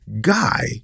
guy